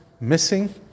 missing